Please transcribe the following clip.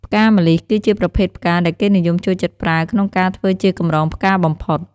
ផ្កាម្លិះ គឺជាប្រភេទផ្កាដែលគេនិយមចូលចិត្តប្រើ ក្នុងការធ្វើជាកម្រងផ្កាបំផុត។